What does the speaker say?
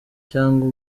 cyangwa